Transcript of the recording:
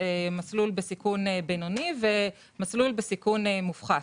מסלול בסיכון בינוני ומסלול בסיכון מועט.